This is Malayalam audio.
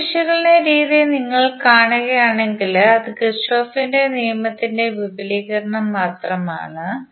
മെഷ് വിശകലന രീതി നിങ്ങൾ കാണുകയാണെങ്കിൽ അത് കിർചോഫിന്റെ നിയമത്തിന്റെ വിപുലീകരണം മാത്രമാണ്